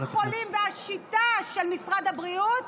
מסתבר שלפי קופות החולים והשיטה של משרד הבריאות,